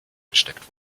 gesteckt